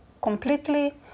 completely